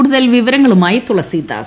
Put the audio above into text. കൂടുതൽ വിവരങ്ങളുമായി തുളസീദാസ്